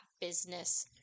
business